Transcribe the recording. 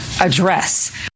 address